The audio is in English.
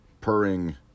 purring